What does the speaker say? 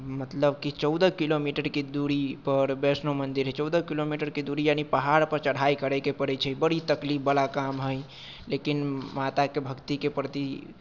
मतलब कि चौदह किलोमीटरके दूरीपर वैष्णो मन्दिर हइ चौदह किलोमीटरके दूरी यानि पहाड़पर चढ़ाइ करैके पड़ैत छै बड़ी तकलीफवला काम हइ लेकिन माताके भक्तिके प्रति